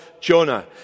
Jonah